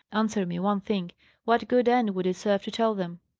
answer me one thing what good end would it serve to tell them?